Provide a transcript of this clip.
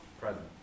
Present